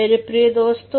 मेरे प्रिय दोस्तों